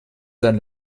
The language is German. sein